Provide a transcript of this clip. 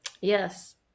Yes